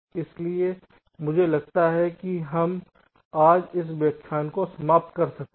इसलिए मुझे लगता है कि हम आज इस व्याख्यान को समाप्त कर सकते हैं